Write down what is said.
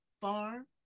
farm